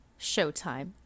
Showtime